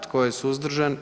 Tko je suzdržan?